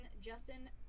Justin